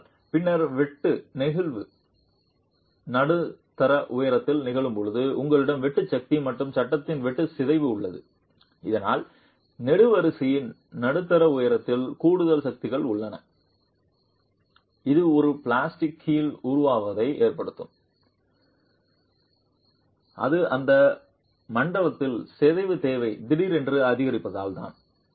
ஆனால் பின்னர் வெட்டு நெகிழ் நடுத்தர உயரத்தில் நிகழும்போது உங்களிடம் வெட்டு சக்தி மற்றும் சட்டத்தின் வெட்டு சிதைவு உள்ளது இதனால் நெடுவரிசையின் நடுத்தர உயரத்தில் கூடுதல் சக்திகள் உள்ளன இது ஒரு பிளாஸ்டிக் கீல் உருவாவதை ஏற்படுத்தும் இது அந்த மண்டலத்தில் சிதைவு தேவை திடீரென அதிகரிப்பதால் தான்